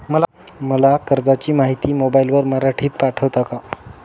मला कर्जाची माहिती मोबाईलवर मराठीत पाठवता का?